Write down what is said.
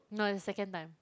no the second time